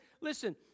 Listen